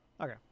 Okay